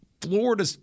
Florida